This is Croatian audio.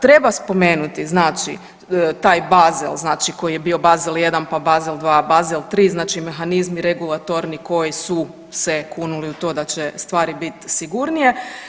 Treba spomenuti znači taj Basel, znači koji je bio Basel I, pa Basel II, Basel III znači mehanizmi regulatorni koji su se kunuli u to da će stvari biti sigurnije.